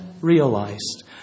realized